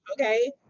okay